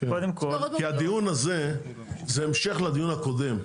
כי הדיון הזה זה המשך לדיון הקודם.